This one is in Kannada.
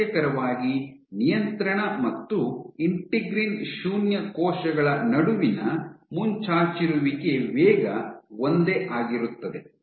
ಆಶ್ಚರ್ಯಕರವಾಗಿ ನಿಯಂತ್ರಣ ಮತ್ತು ಇಂಟಿಗ್ರಿನ್ ಶೂನ್ಯ ಕೋಶಗಳ ನಡುವಿನ ಮುಂಚಾಚಿರುವಿಕೆ ವೇಗ ಒಂದೇ ಆಗಿರುತ್ತದೆ